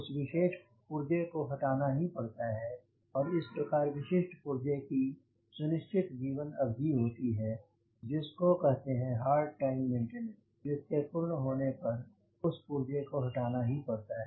उस विशेष पुर्जे को हटाना ही पड़ता है इस प्रकार विशिष्ट पुर्जे की सुनिश्चित जीवन अवधि होती है जिसको कहते हैं हार्ड टाइम मेंटेनेंस जिसके पूर्ण होने पर उस पुर्जे को हटाना ही पड़ता है